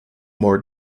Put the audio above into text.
more